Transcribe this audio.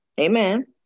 Amen